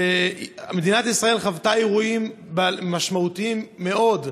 מדינת ישראל חוותה אירועים משמעותיים מאוד,